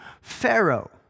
Pharaoh